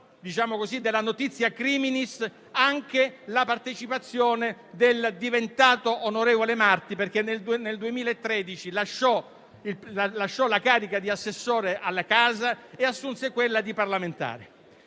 della *notizia criminis*, anche la partecipazione del diventato onorevole Marti, perché nel 2013 lasciò la carica di assessore alla casa e assunse quella di parlamentare.